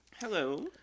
Hello